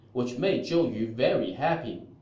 which made zhou yu very happy